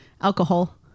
alcohol